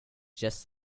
just